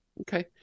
okay